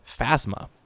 Phasma